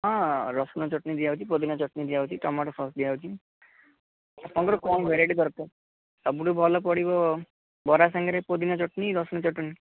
ହଁ ରସୁଣ ଚଟଣି ଦିଆହେଉଛି ପୋଦିନା ଚଟଣି ଦିଆହେଉଛି ଟମାଟୋ ସସ୍ ଦିଆହେଉଛି ଆପଣଙ୍କର କ'ଣ ଭେରାଇଟି ଦରକାର ସବୁଠୁ ଭଲ ପଡ଼ିବ ବରା ସାଙ୍ଗରେ ପୋଦିନା ଚଟଣି ରସୁଣ ଚଟଣି